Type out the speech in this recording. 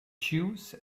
chose